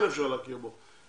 כן אפשר להכיר בו.